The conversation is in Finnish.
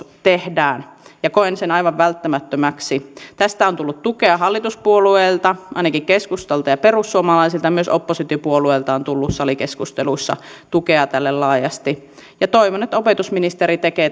tehdään koen sen aivan välttämättömäksi tästä on tullut tukea hallituspuolueilta ainakin keskustalta ja perussuomalaisilta ja myös oppositiopuolueilta on tullut salikeskusteluissa tukea tälle laajasti toivon että opetusministeri tekee